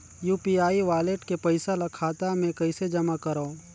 UPI wallet के पईसा ल खाता मे कइसे जमा करव?